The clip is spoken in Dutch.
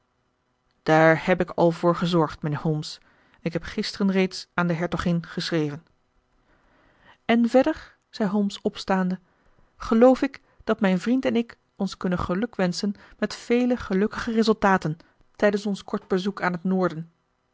daar heb ik al voor gezorgd mijnheer holmes ik heb gisteren reeds aan de hertogin geschreven en verder zei holmes opstaande geloof ik dat mijn vriend en ik ons kunnen gelukwenschen met vele gelukkige resultaten tijdens ons kort bezoek aan het noorden